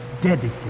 Dedicate